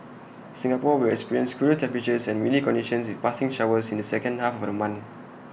Singapore will experience cooler temperatures and windy conditions with passing showers in the second half of the month